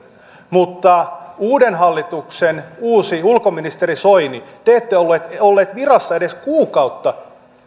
mutta uuden hallituksen uusi ulkoministeri soini te ette ollut ollut virassa edes kuukautta